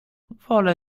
wolę